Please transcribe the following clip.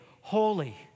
holy